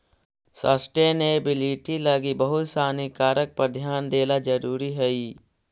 sustainability लगी बहुत सानी कारक पर ध्यान देला जरुरी हई